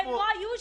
הם לא היו שם.